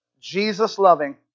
Jesus-loving